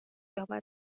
یابد